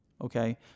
Okay